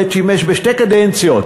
עת שימש בשתי קדנציות,